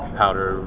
powder